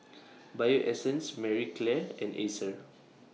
Bio Essence Marie Claire and Acer